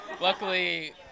luckily